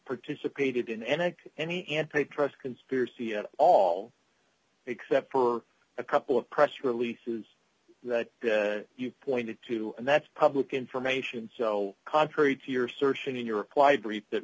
participated in any any antitrust conspiracy at all except for a couple of press releases that you pointed to and that's public information so contrary to your assertion in your reply brief that